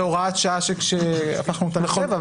זו הוראת שעה שהפכנו אותה לקבע,